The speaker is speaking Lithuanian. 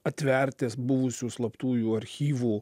atverti buvusių slaptųjų archyvų